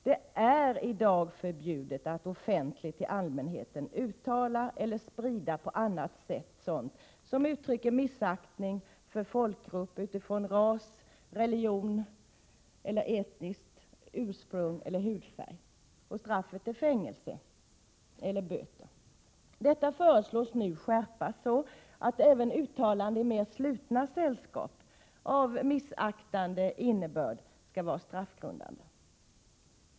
Det är i dag förbjudet att offentligt till allmänheten uttala eller på annat sätt sprida sådant som uttrycker missaktning för folkgrupp utifrån ras, hudfärg, religion eller etniskt ursprung. Straffet är fängelse eller böter. Detta föreslås nu skärpas så att även uttalanden i mera slutna sällskap av missaktande innebörd skall vara straffgrundande.